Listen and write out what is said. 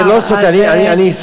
זה לא סוטה, אני אסיים.